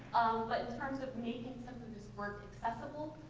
but in terms of making some of this work accessible,